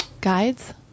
guides